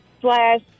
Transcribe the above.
slash